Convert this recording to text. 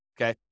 Okay